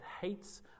hates